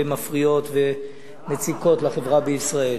ומפריעות ומציקות לחברה בישראל.